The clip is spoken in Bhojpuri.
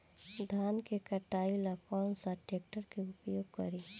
धान के कटाई ला कौन सा ट्रैक्टर के उपयोग करी?